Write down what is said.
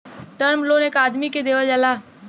term loan एक आदमी के देवल जाला